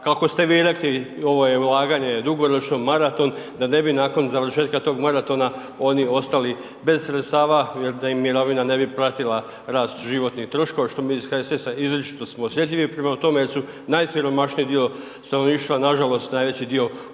kako ste vi rekli ovo je ulaganje dugoročno, maraton, da ne bi nakon završetka tog maratona oni ostali bez sredstava jer da im mirovina ne bi pratila rast životnih troškova što mi iz HSS-a izričito smo osjetljivi prema tome jer su najsiromašniji dio stanovništva nažalost najveći dio umirovljenika